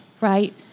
right